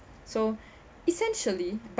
so essentially